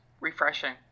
refreshing